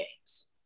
games